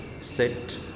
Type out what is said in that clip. set